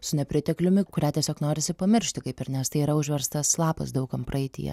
su nepritekliumi kurią tiesiog norisi pamiršti kaip ir nes tai yra užverstas lapas daug kam praeityje